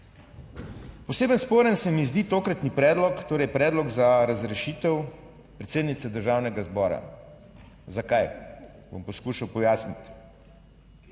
Posebej sporen se mi zdi tokratni predlog, torej predlog za razrešitev predsednice Državnega zbora. Zakaj? Bom poskušal pojasniti.